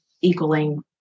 equaling